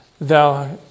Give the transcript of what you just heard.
thou